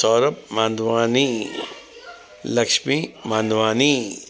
Saurabh Mandhwani Lakshmi Mandhwani